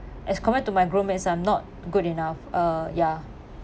as compared to my group mates I'm not good enough uh ya